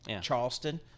Charleston